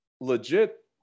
legit